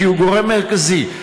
כי הוא גורם מרכזי,